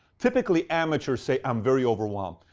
typically amateurs say, i'm very overwhelmed.